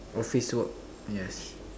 office work yes